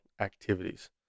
activities